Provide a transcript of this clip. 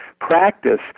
practice